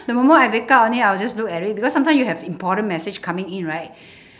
the moment I wake up only I'll just look at it because sometimes you have important message coming in right